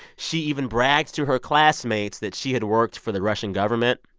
she even bragged to her classmates that she had worked for the russian government.